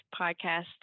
podcast